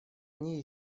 они